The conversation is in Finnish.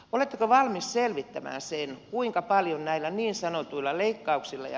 oletteko valmis selvittämään sen kuinka paljon näitä niin sanotuilla leikkauksilla